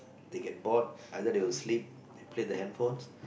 they get bored either they will sleep they play the handphones